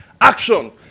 action